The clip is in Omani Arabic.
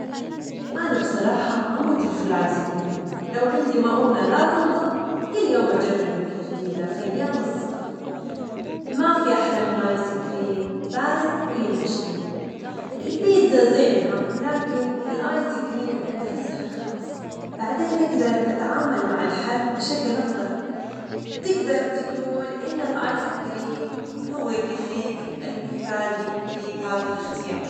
أنا بصراحة أموت في الايس كريم، لو عندي مؤونة لا تنضب، كل يوم أجرب نكهة جديدة في أيام الصيف، ما في أحلى من الآيس كريم بارد وينعشني، البيتزا زينة، لكن الآيس كريم عنده سحر خاص، بعد نجدرنتعامل مع الحر بشكل أفضل، تجدر تجول إن الآيس كريم هوالرفيج المثالي لي بهذا الاختيار.